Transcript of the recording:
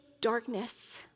darkness